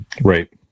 Right